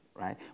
right